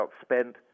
spent